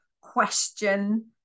question